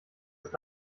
ist